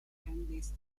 vendis